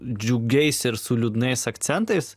džiugiais ir su liūdnais akcentais